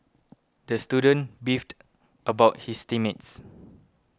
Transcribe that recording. the student beefed about his team mates